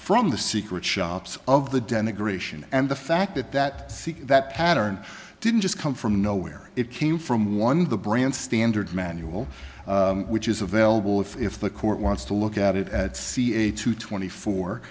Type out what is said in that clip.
from the secret shops of the denigration and the fact that that that pattern didn't just come from nowhere it came from one of the brands standard manual which is available if if the court wants to look at it at c a two twenty four